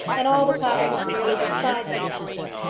and all the claverings were nearly beside themselves.